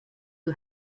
who